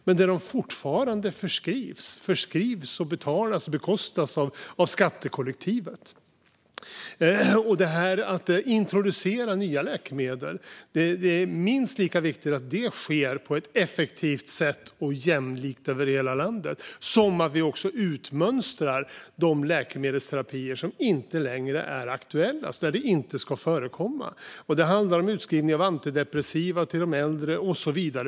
Men de förskrivs fortfarande, och de betalas och bekostas av skattekollektivet. Det är minst lika viktigt att introduktionen av nya läkemedel sker på ett effektivt sätt och jämlikt över hela landet som att vi utmönstrar de läkemedelsterapier som inte längre är aktuella och som inte ska förekomma. Det handlar om utskrivning av antidepressiva till de äldre och så vidare.